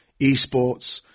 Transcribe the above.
eSports